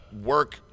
work